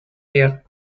here